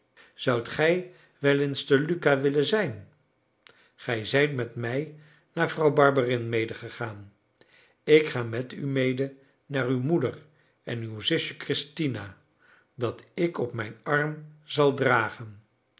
zoudt gij wel eens te lucca willen zijn gij zijt met mij naar vrouw barberin medegegaan ik ga met u mede naar uw moeder en uw zusje christina dat ik op mijn arm zal dragen